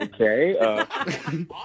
okay